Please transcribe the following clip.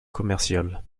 commercial